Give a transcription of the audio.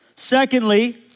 Secondly